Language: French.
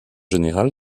général